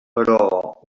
però